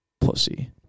Pussy